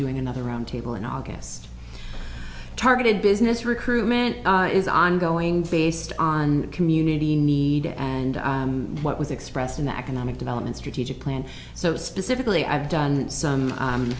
doing another round table in august targeted business recruitment is ongoing based on community need and what was expressed in the economic development strategic plan so specifically i've done some